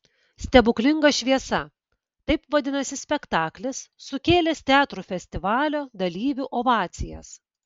stebuklinga šviesa taip vadinasi spektaklis sukėlęs teatrų festivalio dalyvių ovacijas